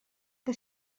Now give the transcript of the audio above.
que